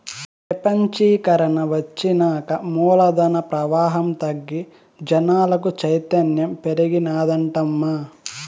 పెపంచీకరన ఒచ్చినాక మూలధన ప్రవాహం తగ్గి జనాలకు చైతన్యం పెరిగినాదటమ్మా